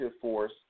force